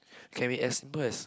can be as simple as